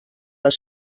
les